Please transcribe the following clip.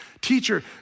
teacher